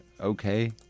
okay